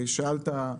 שאלת,